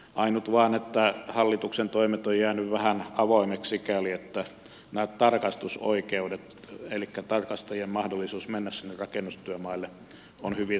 ainut vain että hallituksen toimet ovat jääneet vähän avoimiksi sikäli että nämä tarkas tusoikeudet elikkä tarkastajien mahdollisuudet mennä sinne rakennustyömaille ovat hyvin rajatut